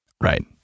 Right